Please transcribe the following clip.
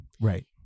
Right